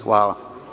Hvala.